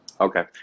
Okay